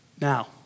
now